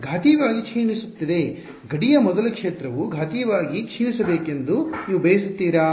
ಘಾತೀಯವಾಗಿ ಕ್ಷೀಣಿಸುತ್ತಿದೆ ಗಡಿಯ ಮೊದಲು ಕ್ಷೇತ್ರವು ಘಾತೀಯವಾಗಿ ಕ್ಷೀಣಿಸಬೇಕೆಂದು ನೀವು ಬಯಸುತ್ತೀರಾ